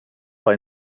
par